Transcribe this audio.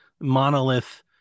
monolith